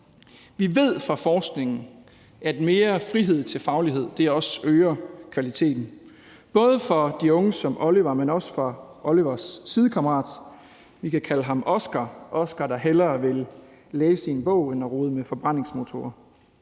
Vi ved fra forskningen, at mere frihed til faglighed også øger kvaliteten, både for de unge som Oliver, men også for Olivers sidekammerat – vi kan kalde ham Oskar – der hellere vil læse i en bog end rode med forbrændingsmotorer.